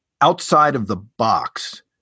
outside-of-the-box